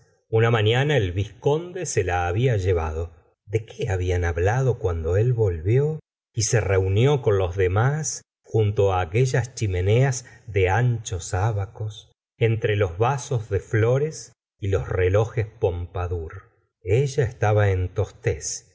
una mañana el vizconde se la había llevado de qué habían hablado cuando él volvió y se reunió con los demás junto aquellas chimeneas de anchos abacos entre los vasos de flores y los relojes pompadour ella estaba en tostes